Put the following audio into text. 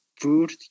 food